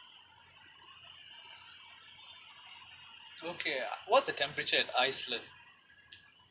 okay ah what's the temperature at iceland